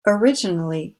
originally